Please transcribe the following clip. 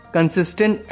Consistent